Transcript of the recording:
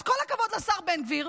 אז כל הכבוד לשר בן גביר,